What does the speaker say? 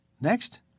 Next